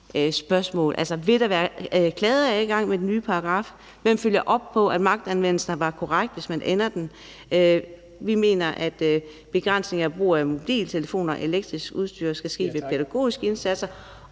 spørgsmål: Vil der være klageadgang med den nye paragraf? Hvem følger op på, at magtanvendelse var korrekt, hvis man ændrer den? Vi mener, at begrænsning af brug af mobiltelefoner og elektrisk udstyr skal ske ved pædagogiske indsatser.